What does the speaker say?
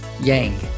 Yang